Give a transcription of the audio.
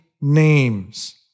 names